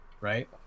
right